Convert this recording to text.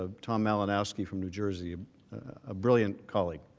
ah um ah and ah us be from new jersey and a brilliant calling